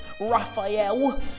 Raphael